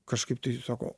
kažkaip tai sako